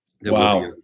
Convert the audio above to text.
wow